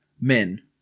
men